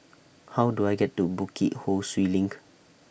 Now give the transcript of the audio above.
How Do I get to Bukit Ho Swee LINK